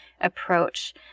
approach